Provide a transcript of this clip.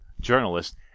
journalist